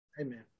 Amen